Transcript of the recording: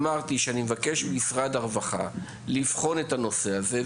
אמרתי שאני מבקש ממשרד הרווחה לבחון את הנושא הזה,